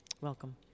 welcome